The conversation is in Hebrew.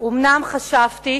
אומנם חשבתי